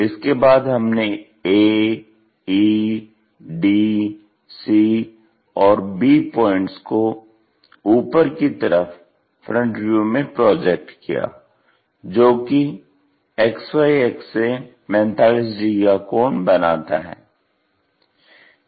इसके बाद हमने a e d c और b पॉइंट्स को ऊपर की तरफ FV में प्रोजेक्ट किया जो कि XY अक्ष से 45 डिग्री का कोण बनाता है